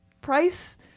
price –